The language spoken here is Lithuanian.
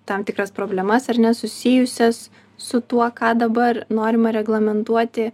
tam tikras problemas ar ne susijusias su tuo ką dabar norima reglamentuoti